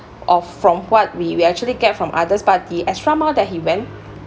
of from what we we actually get from others but the extra mile that he went